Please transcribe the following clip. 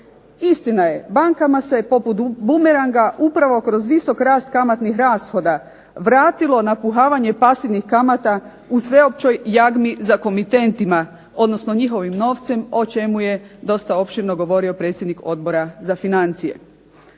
Istina je, bankama se poput bumeranga upravo kroz visok rast kamatnih rashoda vratilo napuhavanje pasivnih kamata u sveopćoj jagmi za komitentima, odnosno njihovim novcem, o čemu je dosta opširno govorio predsjednik Odbora za financije.